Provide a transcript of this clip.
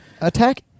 attack